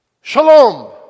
shalom